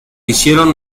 hicieron